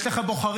יש לך בוחרים,